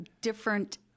different